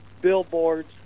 billboards